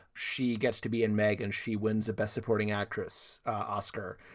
she gets to be in magg and she wins a best supporting actress oscar.